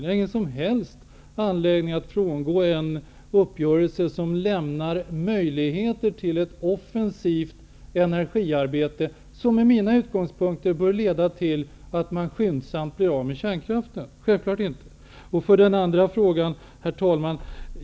Jag har självklart ingen som helst anledning att frångå en uppgörelse som ger möjlighet till ett offensivt energiarbete, som med mina utgångspunkter bör leda till att man skyndsamt blir av med kärnkraften. Herr talman!